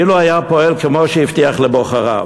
אילו היה פועל כמו שהבטיח לבוחריו,